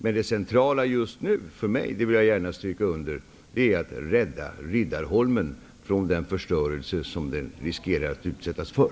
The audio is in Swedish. Jag vill dock understryka att det centrala för mig just nu är att rädda Riddarholmen från den förstöring som den riskerar att utsättas för.